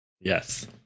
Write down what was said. Yes